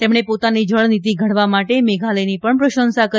તેમણે પોતાની જળ નીતી ઘડવા માટે મેઘાલયની પણ પ્રશંસા કરી